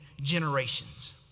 generations